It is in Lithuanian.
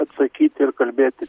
atsakyti ir kalbėti